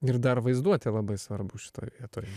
ir dar vaizduotė labai svarbu šitoj vietoj